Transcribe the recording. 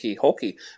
hockey